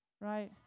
right